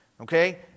okay